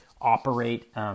operate